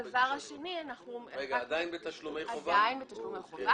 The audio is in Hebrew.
עדיין ב"תשלום חובה",